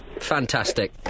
Fantastic